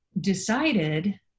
decided